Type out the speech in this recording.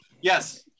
Yes